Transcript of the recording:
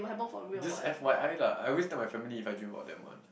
just F_Y_I lah I always tell my family if I dream about them one